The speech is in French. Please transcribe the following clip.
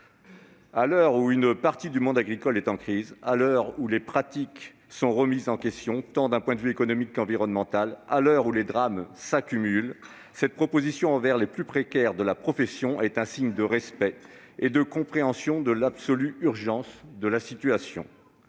À l'heure où une partie du monde agricole est en crise, où les pratiques sont remises en question, tant d'un point de vue économique qu'environnemental, et où les drames s'accumulent, cette proposition de loi qui vise les plus précaires de la profession est un signe de respect et de compréhension de l'absolue urgence de la situation.